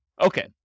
Okay